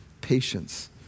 patience